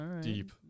Deep